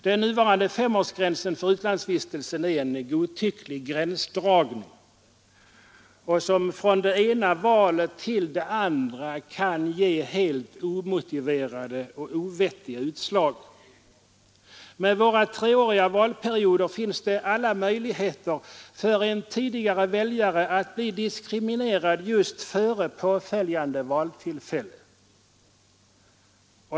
Den nuvarande femårsgränsen för utlandsvistelsen är en godtycklig gränsdragning som från det ena valet till det andra kan ge helt omotiverade utslag. Med våra treåriga valperioder finns alla möjligheter för en tidigare väljare att bli diskriminerad just före påföljande valtillfälle.